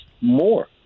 more